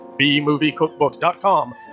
bmoviecookbook.com